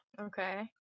okay